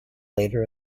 later